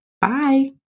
Bye